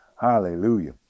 Hallelujah